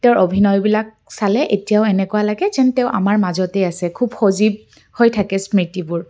তেওঁৰ অভিনয়বিলাক চালে এতিয়াও এনেকুৱা লাগে যেন তেওঁ আমাৰ মাজতেই আছে খুব সজীৱ হৈ থাকে স্মৃতিবোৰ